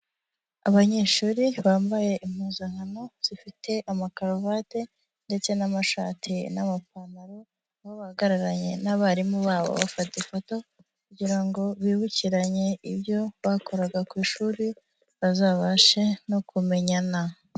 Abanyeshuri bambaye impuzankano zifite amakaruvati ndetse n'amashati n'amapantaro, aho bagararanye n'abarimu babo bafata ifoto kugira ngo bibukiranye ibyo bakoraga ku ishuri, bazabashe no kumenyana.